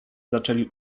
zaczęli